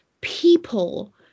people